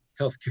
healthcare